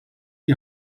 die